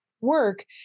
work